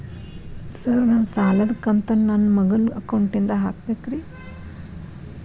Sir ನನ್ನ ಸಾಲದ ಕಂತನ್ನು ನನ್ನ ಮಗನ ಅಕೌಂಟ್ ನಿಂದ ಹಾಕಬೇಕ್ರಿ?